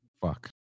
fuck